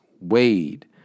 Wade